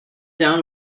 down